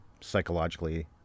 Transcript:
psychologically